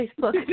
Facebook